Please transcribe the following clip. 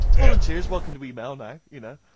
volunteers, welcome to email now, you know,